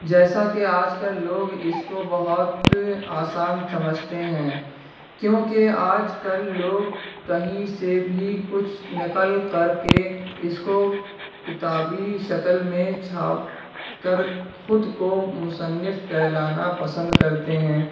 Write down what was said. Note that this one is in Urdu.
جیسا کہ آج کل لوگ اس کو بہت آسان سمجھتے ہیں کیونکہ آج کل لوگ کہیں سے بھی کچھ نقل کر کے اس کو کتابی شکل میں چھاپ کر خود کو مصنف کہلانا پسند کرتے ہیں